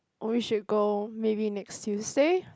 we should go maybe next Tuesday